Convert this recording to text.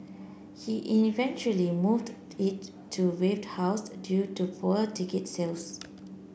he eventually moved it to Wave House due to poor ticket sales